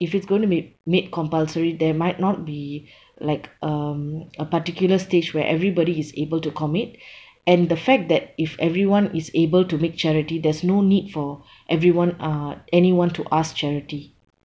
if it's going to be made compulsory there might not be like um a particular stage where everybody is able to commit and the fact that if everyone is able to make charity there's no need for everyone uh anyone to ask charity